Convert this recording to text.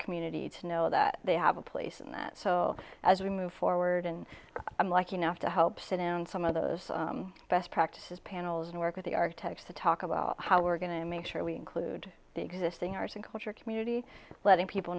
community to know that they have a place and that so as we move forward and i'm like enough to help sit down some of those best practices panels and work with the architects to talk about how we're going to make sure we include the existing arts and culture community letting people